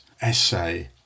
essay